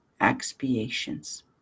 expiations